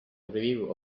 review